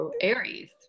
Aries